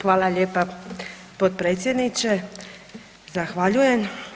Hvala lijepa potpredsjedniče, zahvaljujem.